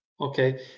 Okay